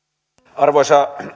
arvoisa